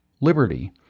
liberty